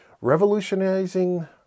revolutionizing